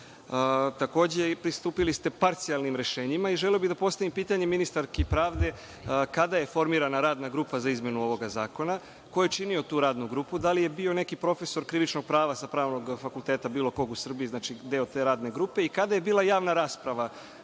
takođe pristupili ste parcijalnim rešenjima. Želeo bih da postavim pitanje ministarki pravde – kada je formirana radna grupa za izmenu ovog zakona, ko je činio tu radnu grupu, da li je bio neki profesor krivičnog prava sa pravnog fakulteta bilo kog Srbiji deo te radne grupe i kada je bila javna rasprava